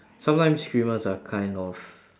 sometimes streamers are kind of